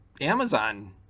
Amazon